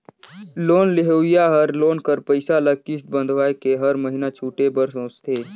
loan लेहोइया हर loan कर पइसा ल किस्त बंधवाए के हर महिना छुटे बर सोंचथे